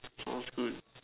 smells good